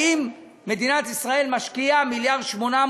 האם מדינת ישראל משקיעה מיליארד ו-800